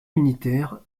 unitaire